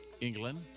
England